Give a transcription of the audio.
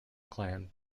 clan